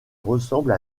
ressemble